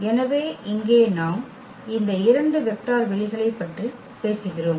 எனவே இங்கே நாம் இந்த இரண்டு வெக்டர் வெளிகளைப் பற்றி பேசுகிறோம்